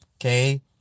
Okay